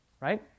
right